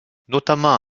notamment